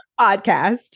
podcast